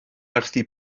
werthu